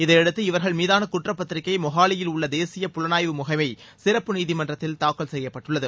இதையடுத்து இவர்கள் மீதான குற்றப்பத்திரிகை மொஹாலியில் உள்ள தேசிய புலனாய்வு முகமை சிறப்பு நீதிமன்றத்தில் தாக்கல் செய்யப்பட்டுள்ளது